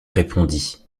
répondit